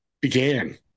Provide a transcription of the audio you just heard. began